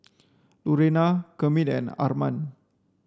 Lurena Kermit and Armand